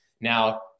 Now